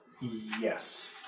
Yes